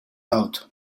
out